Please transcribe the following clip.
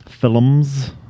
films